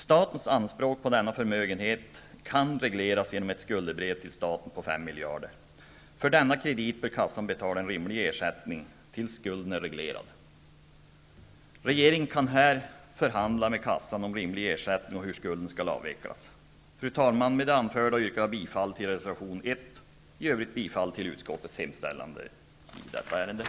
Statens anspråk på denna förmögenhet kan regleras genom ett skuldebrev till staten på 5 miljarder kronor. För denna kredit bör kassan betala en rimlig ersättning tills skulden är reglerad. Regeringen kan här förhandla med kassan om rimlig ersättning och om hur skulden skall avvecklas. Fru talman! Med det anförda yrkar jag bifall till reservation 1 och bifall till utskottets hemställan i övrigt.